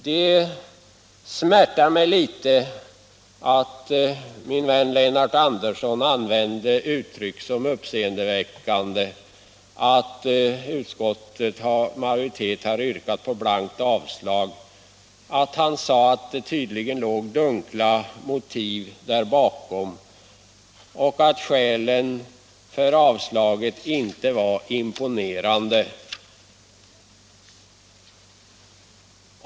Det smärtar mig att min vän Lennart Andersson använde uttrycket uppseendeväckande därför att utskottets majoritet har yrkat på blankt avslag och att han sade att det tydligen låg dunkla motiv där bakom samt att skälen för avslaget inte var imponerande.